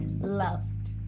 loved